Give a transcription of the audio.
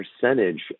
percentage